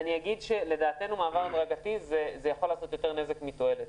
לדעתנו מעבר הדרגתי יכול לגרום ליותר נזק מתועלת.